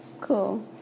Cool